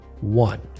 One